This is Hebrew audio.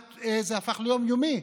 זה הפך כמעט ליום-יומי.